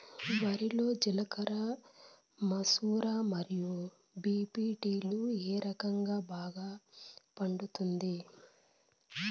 వరి లో జిలకర మసూర మరియు బీ.పీ.టీ లు ఏ రకం బాగా పండుతుంది